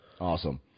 Awesome